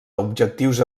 objectius